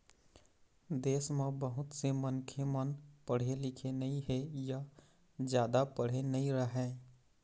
देश म बहुत से मनखे मन पढ़े लिखे नइ हे य जादा पढ़े नइ रहँय